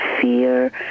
fear